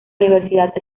universidad